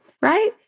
right